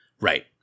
Right